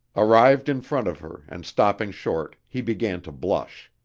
arrived in front of her and stopping short, he began to blush.